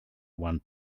one